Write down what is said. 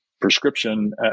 prescription